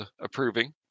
approving